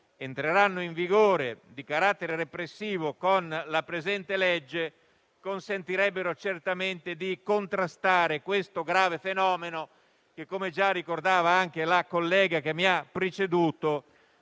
entreranno in vigore con la presente legge, consentirebbero certamente di contrastare questo grave fenomeno. Esso, come già ricordava la collega che mi ha preceduto,